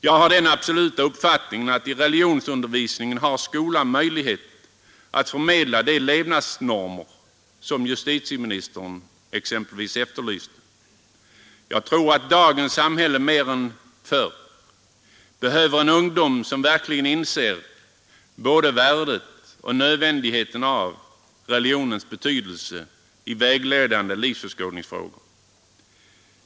Jag har den absoluta uppfattningen att skolan i religionsundervisningen har möjlighet att förmedla de levnadsnormer som exempelvis justitieministern efterlyst. Jag tror att vi i dagens samhälle mer än förr behöver en ungdom som verkligen inser både värdet och nödvändigheten av religion som vägledning i livsåskådningsfrågor.